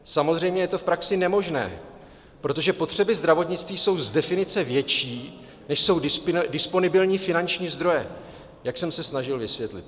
Samozřejmě je to v praxi nemožné, protože potřeby zdravotnictví jsou z definice větší, než jsou disponibilní finanční zdroje, jak jsem se snažil vysvětlit.